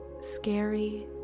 Scary